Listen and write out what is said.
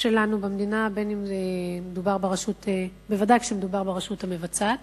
שלנו במדינה, בוודאי כשמדובר ברשות המבצעת,